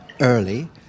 early